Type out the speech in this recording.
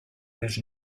his